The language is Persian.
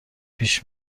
پیش